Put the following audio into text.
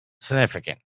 significant